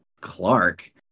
Clark